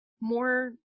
more